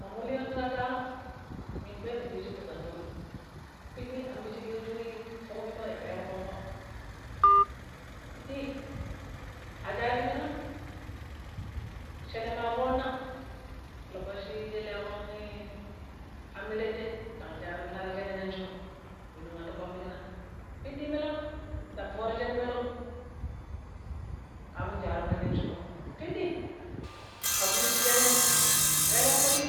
﻿Mamulyan tattano minu ɗoi minu ɗijii ti gwandum, piɗɗi ambishiƙeju foƙ piino ya ƙro ƙonƙo, piɗɗi a shashi minam, shine ma foona lokoci ci leƙon ii anmiratte ii ndang shaaru mina nong shinu, minun ndang wattii kpommiccina piɗɗi ɓilang ndang fooro shene peleu kafun shayyiru mina nong shinu, piɗɗi afurishi shenem ƙelanƙu ni,